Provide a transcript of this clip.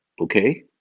okay